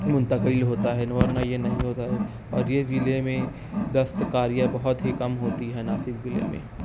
منتقل ہوتا ہے ورنہ یہ نہیں ہوتا ہے اور ویلے میں دستکاریاں بہت ہی کم ہوتی ہیں ناسک ضلعے میں